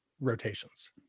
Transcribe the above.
rotations